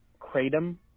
Kratom